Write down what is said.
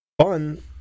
fun